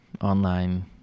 online